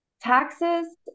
taxes